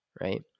right